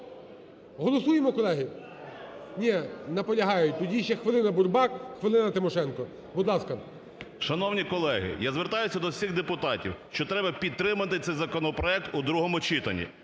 Голосуємо, колеги? Ні, наполягають. Тоді ще хвилина Бурбак, хвилина Тимошенко. Будь ласка. 13:30:43 БУРБАК М.Ю. Шановні колеги, я звертаюся до всіх депутатів, що треба підтримати цей законопроект у другому читанні,